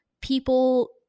people